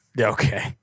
Okay